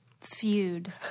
feud